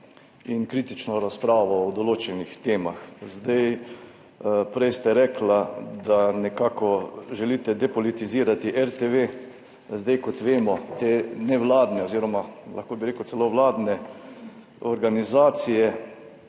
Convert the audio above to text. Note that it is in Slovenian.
in kritično razpravo o določenih temah. Prej ste rekli, da želite nekako depolitizirati RTV. Kot vemo, te nevladne oziroma lahko bi rekel celo vladne organizacije,